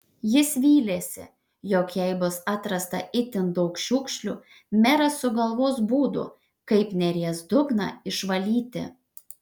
jis vylėsi jog jei bus atrasta itin daug šiukšlių meras sugalvos būdų kaip neries dugną išvalyti